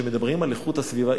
כשמדברים על איכות הסביבה,